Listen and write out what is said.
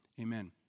Amen